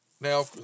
now